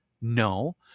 No